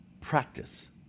practice